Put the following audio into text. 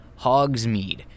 Hogsmeade